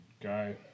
guy